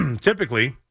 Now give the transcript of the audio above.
typically